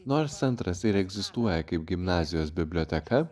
nors centras ir egzistuoja kaip gimnazijos biblioteka